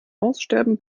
aussterben